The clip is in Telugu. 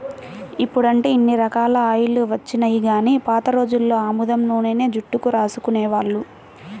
ఇప్పుడంటే ఇన్ని రకాల ఆయిల్స్ వచ్చినియ్యి గానీ పాత రోజుల్లో ఆముదం నూనెనే జుట్టుకు రాసుకునేవాళ్ళు